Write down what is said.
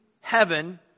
heaven